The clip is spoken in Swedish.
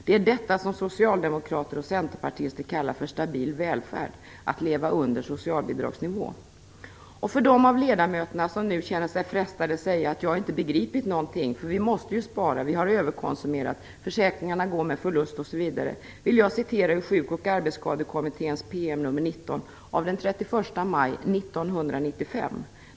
Det är detta som socialdemokrater och centerpartister kallar för stabil välfärd - att leva under socialbidragsnivån. För dem av ledamöterna som nu känner sig frestade att säga att jag inte har begripit någonting, att vi måste spara, att vi har överkonsumerat, att försäkringarna går med förlust osv. vill jag citera Sjuk och arbetsskadekommitténs PM nr 19 den 31 maj 1995.